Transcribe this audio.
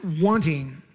wanting